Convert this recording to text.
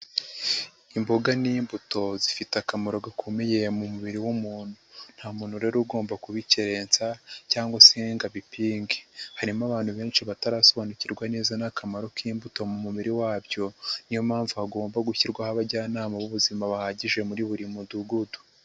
Imboga n'imbuto zifite akamaro gakomeye mu mubiri w'umuntu, nta muntu rero ugomba kubikerensa cyangwa se ngo abipinge. Harimo abantu benshi batarasobanukirwa neza n'akamaro k'imbuto mu mubiri wabyo ni yo mpamvu hagomba gushyirwaho abajyanama b'ubuzima bahagije muri buri Mudugudu.